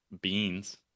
beans